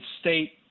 state